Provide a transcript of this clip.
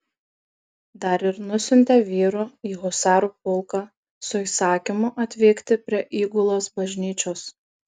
dar ir nusiuntė vyrų į husarų pulką su įsakymu atvykti prie įgulos bažnyčios